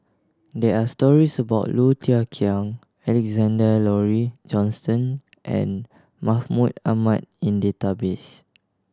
there are stories about Low Thia Khiang Alexander Laurie Johnston and Mahmud Ahmad in database